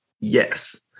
Yes